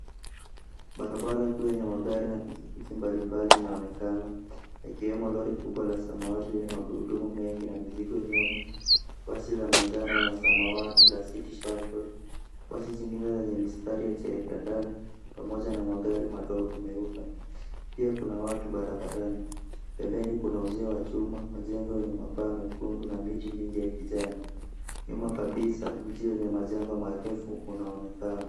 Barabara kuu yenye magari na pikipiki mbalimbali inaonekana ikiwemo lori kubwa la samawati lenye magurudumu mengi na mizigo nyuma. Basi la manjano na samawati la City Shuttle. Basi jingine lenye mistari ya cherekendani pamoja na magari madogo meupe. Pia kuna watu barabarani. Pembeni kuna uzio wa chuma, majengo yenye mapaa mekundu na miti mingi ya kijani. Nyuma kabisa mji wenye majengo marefu unaonekana.